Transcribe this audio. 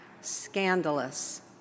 scandalous